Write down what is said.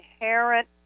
inherent